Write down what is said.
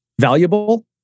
valuable